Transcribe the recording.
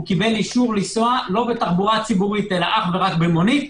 הוא קיבל אישור לנסוע לא בתחבורה ציבורית אלא רק במונית,